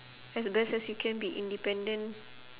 as best as you can be independent